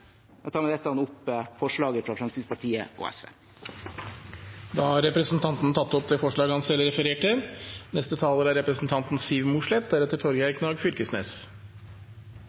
Jeg tar med det opp forslaget fra Fremskrittspartiet og SV. Representanten Per-Willy Amundsen har tatt opp det forslaget han refererte